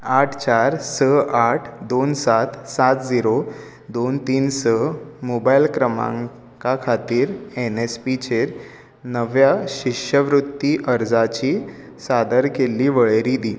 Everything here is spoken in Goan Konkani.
आठ चार स आठ दोन सात सात जिरो दोन तीन स मोबायल क्रमांका खातीर एन एस पीचेर नव्या शिश्यवृत्ती अर्जाची सादर केल्ली वळेरी दी